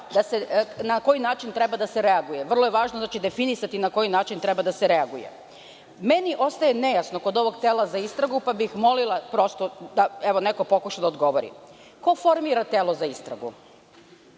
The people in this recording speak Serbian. na koji način treba da se reaguje. Vrlo je važno definisati na koji način treba da se reaguje. Meni ostaje nejasno kod ovog tela za istragu, pa bih molila prosto, da neko pokuša da odgovori - ko formira telo za istragu?